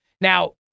Now